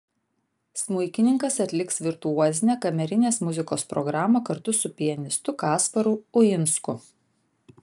smuikininkas atliks virtuozinę kamerinės muzikos programą kartu su pianistu kasparu uinsku